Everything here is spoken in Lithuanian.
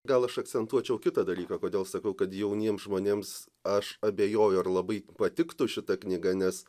gal aš akcentuočiau kitą dalyką kodėl sakau kad jauniems žmonėms aš abejoju ar labai patiktų šita knyga nes